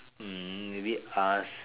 hmm maybe ask